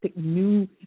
new